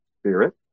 Spirit